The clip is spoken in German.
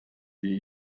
wir